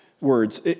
words